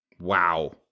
wow